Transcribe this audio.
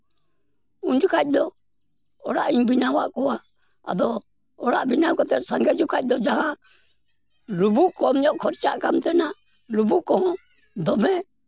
ᱩᱱ ᱡᱚᱠᱷᱟᱡ ᱫᱚ ᱚᱲᱟᱜ ᱤᱧ ᱵᱮᱱᱟᱣᱟᱫ ᱠᱚᱣᱟ ᱟᱫᱚ ᱚᱲᱟᱜ ᱵᱮᱱᱟᱣ ᱠᱟᱛᱮ ᱥᱟᱸᱜᱮ ᱡᱚᱠᱷᱟᱡ ᱫᱚ ᱡᱟᱦᱟᱸ ᱞᱩᱵᱩᱜ ᱠᱚᱢ ᱧᱚᱜ ᱠᱷᱚᱨᱪᱟᱜ ᱠᱟᱱ ᱛᱟᱦᱮᱱᱟ ᱞᱩᱵᱩᱜ ᱠᱚᱦᱚᱸ ᱫᱚᱢᱮ